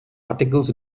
articles